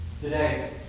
today